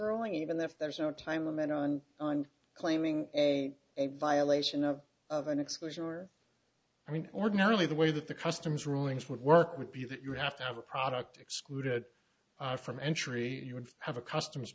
only even if there is no time limit on claiming a violation of of an exclusion or i mean ordinarily the way that the customs rulings would work would be that you have to have a product excluded from entry you would have a custom